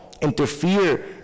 interfere